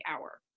hour